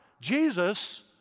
Jesus